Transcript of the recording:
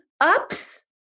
ups